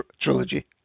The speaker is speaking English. trilogy